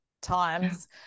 times